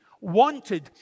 wanted